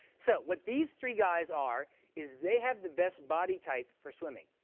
so what these three guys are is they have the best body type for swimming.